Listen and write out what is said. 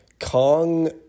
kong